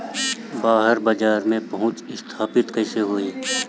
बाहर बाजार में पहुंच स्थापित कैसे होई?